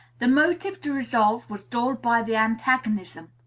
the motive to resolve was dulled by the antagonism.